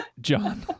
John